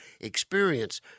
experience